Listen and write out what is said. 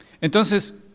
Entonces